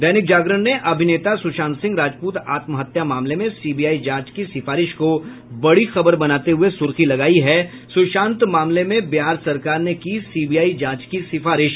दैनिक जागरण ने अभिनेता सुशांत सिंह राजपूत आत्महत्या मामले में सीबीआई जांच की सिफारिश को बड़ी खबर बनाते हुये सुर्खी लगायी है सुशांत मामले में बिहार सरकार ने की सीबीआई जांच की सिफारिश